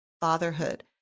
fatherhood